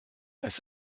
als